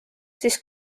siis